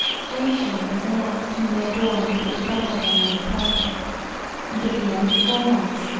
gratian was the next whom they adorned with the diadem and the purple and, at the end of four months,